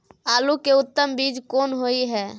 आलू के उत्तम बीज कोन होय है?